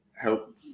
help